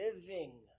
Living